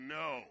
no